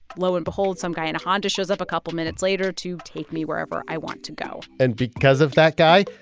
lo and behold, some guy in honda shows up a couple minutes later to take me wherever i want to go and because of that guy,